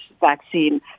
vaccine